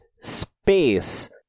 space